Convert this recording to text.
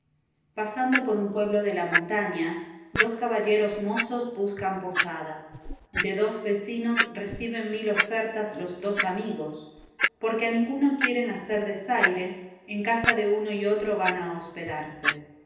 pasando por un pueblo de la montaña dos caballeros mozos buscan posada de dos vecinos reciben mil ofertas los dos amigos porque a ninguno quieren hacer desaire en casa de uno y otro van a hospedarse